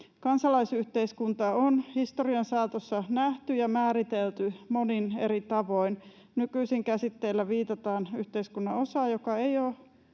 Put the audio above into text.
Kansalaisyhteiskunta on historian saatossa nähty ja määritelty monin eri tavoin. Nykyisin käsitteellä viitataan yhteiskunnan osaan, joka ei ole